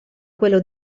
quello